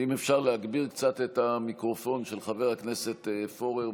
ואם אפשר להגביר קצת את המיקרופון של חבר הכנסת פורר,